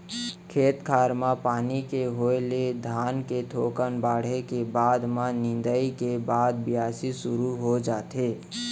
खेत खार म पानी के होय ले धान के थोकन बाढ़े के बाद म नींदे के बाद बियासी सुरू हो जाथे